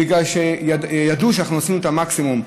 בגלל שידעו שאנחנו עשינו את המקסימום.